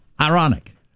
Ironic